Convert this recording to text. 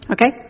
Okay